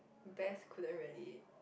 best couldn't really